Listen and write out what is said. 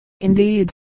indeed